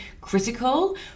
critical